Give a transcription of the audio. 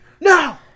no